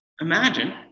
imagine